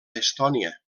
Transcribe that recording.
estònia